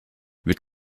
wird